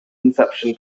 inception